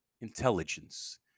Intelligence